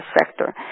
sector